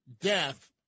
death